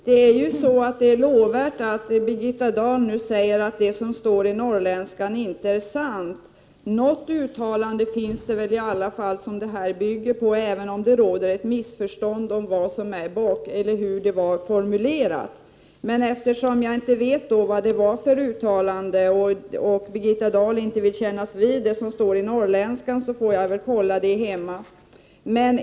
Herr talman! Det är lovvärt att Birgitta Dahl nu säger att det som står i Norrländska Socialdemokraten inte är sant. Något uttalande finns det väl i alla fall som påståendet bygger på, även om det råder missförstånd i fråga om formuleringen. Eftersom jag inte vet vad det var för uttalande och eftersom Birgitta Dahl inte vill kännas vid det som står i Norrländska Socialdemokraten, får jag väl kolla det hemma.